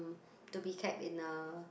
to be caped in a